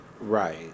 Right